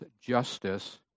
justice